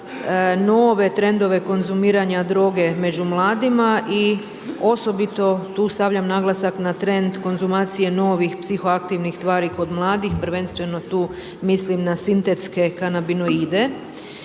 nove trendove konzumiranja droge među mladima i osobito tu stavljam naglasak na trend konzumacije novih psihoaktivnih tvari kod mladih, prvenstveno tu mislim na sintetske kanabinoide